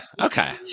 Okay